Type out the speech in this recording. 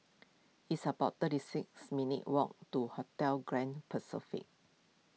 it's about thirty six minutes' walk to Hotel Grand Pacific